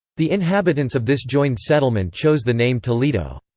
the inhabitants of this joined settlement chose the name toledo,